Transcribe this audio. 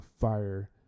fire